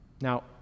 Now